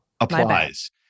applies